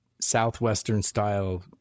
Southwestern-style